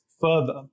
further